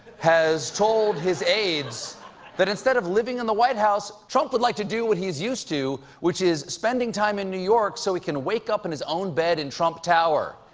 has told his aides that instead. of living in the white house, he would like to do what he is used to, which is spending time in new york so he can wake up in his own bed in trump tower.